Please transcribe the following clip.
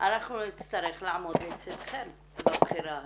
אנחנו נצטרך לעמוד לצידכן בבחירה הזו.